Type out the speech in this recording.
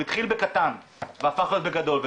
הוא התחיל בקטן והפך להיות בגדול,